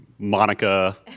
Monica